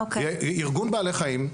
ארגון בעלי חיים,